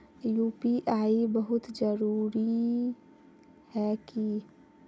UPI बहुत जरूरी है की?